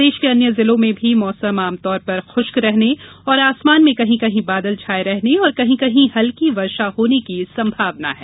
प्रदेश के अन्य जिलों में भी मौसम आमतौर पर खुष्क रहने और आसमान में कहीं कहीं बादल छाये रहने और कहीं कहीं हल्की वर्षा होने की संभावना है